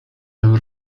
never